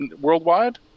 worldwide